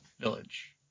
Village